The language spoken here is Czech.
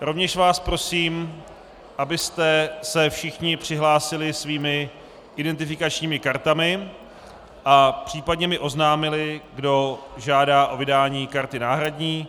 Rovněž vás prosím, abyste se všichni přihlásili svými identifikačními kartami a případně mi oznámili, kdo žádá o vydání karty náhradní.